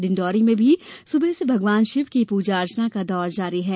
डिंडौरी में भी सुबह से भगवान शिव की पूजा अर्चना का दौर जारी है